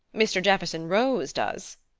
mr. jefferson rose does.